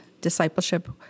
discipleship